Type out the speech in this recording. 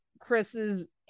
Chris's